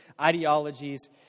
ideologies